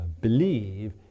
believe